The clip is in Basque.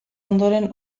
ondoren